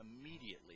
immediately